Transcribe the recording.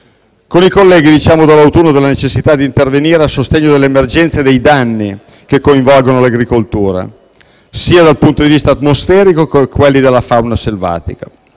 Con i colleghi diciamo dall'autunno della necessità di intervenire a sostegno delle emergenze e dei danni che coinvolgono l'agricoltura sia dal punto di vista atmosferico che da quello della fauna selvatica.